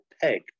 Peg